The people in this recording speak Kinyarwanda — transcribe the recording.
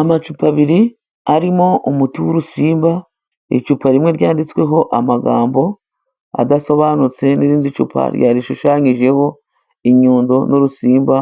Amacupa abiri arimo umuti w'urusimba, icupa rimwe ryanditsweho amagambo adasobanutse, n'irindi cupa rishushanyijeho inyundo n'urusimba,